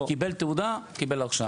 קיבל תעודה קיבל הרשאה.